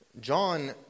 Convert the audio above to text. John